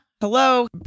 Hello